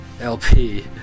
LP